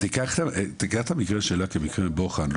קח את המקרה שלה כמקרה בוחן.